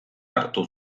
hartu